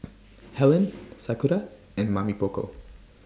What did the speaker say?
Helen Sakura and Mamy Poko